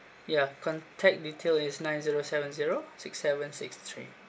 yeah contact detail is nine zero seven zero six seven six three